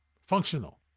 Functional